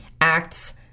acts